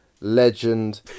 legend